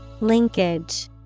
Linkage